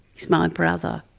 he's my brother.